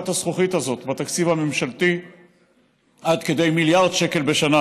הזכוכית הזאת בתקציב הממשלתי עד כדי מיליארד שקל בשנה